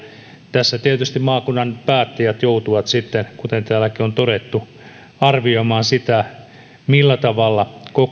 tässä tietysti maakunnan päättäjät joutuvat sitten kuten täälläkin on todettu arvioimaan sitä millä tavalla